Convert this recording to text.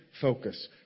focus